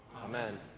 amen